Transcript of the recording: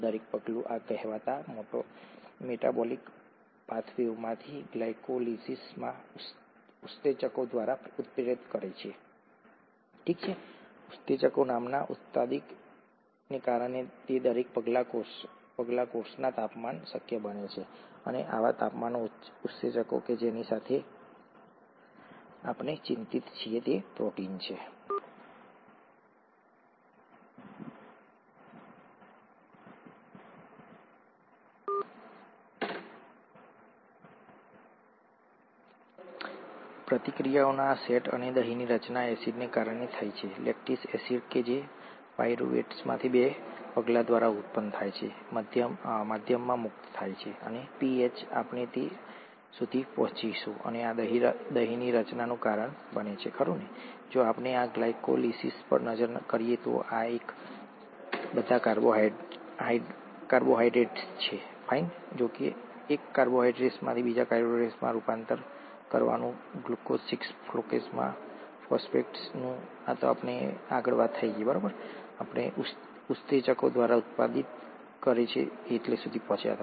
દરેક પગલું આ કહેવાતા મેટાબોલિક પાથવેમાંથી ગ્લાયકોલિસિસ ઉત્સેચકો દ્વારા ઉત્પ્રેરક છે ઠીક છે